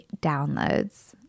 downloads